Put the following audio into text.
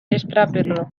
estraperloa